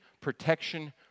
protection